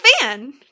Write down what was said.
fan